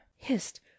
hist